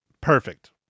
perfect